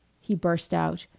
he burst out,